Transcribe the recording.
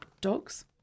Dogs